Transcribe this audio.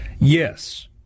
Yes